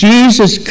Jesus